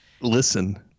Listen